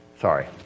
Sorry